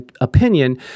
opinion